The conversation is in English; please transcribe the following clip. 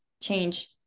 change